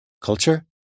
Culture